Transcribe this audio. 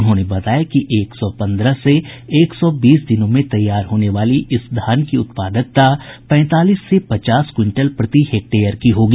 उन्होंने बताया कि एक सौ पन्द्रह से एक सौ बीस दिनों में तैयार होने वाली इस धान की उत्पादकता पैंतालीस से पचास क्विंटल प्रति हेक्टेयर की होगी